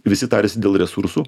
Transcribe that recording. visi tariasi dėl resursų